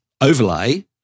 overlay